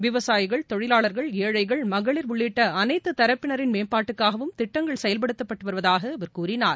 விவசாயிகள் தொழிலாளர்கள் ஏழைகள் மகளிர் உள்ளிட்ட அனைத்து தரப்பினரின் மேம்பாட்டுக்காகவும் திட்டங்கள் செயல்படுத்தப்பட்டு வருவதாக அவர் கூறினார்